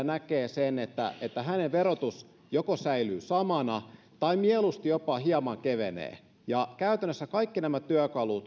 näkee sen että että hänen verotuksensa joko säilyy samana tai mieluusti jopa hieman kevenee käytännössä kaikki nämä työkalut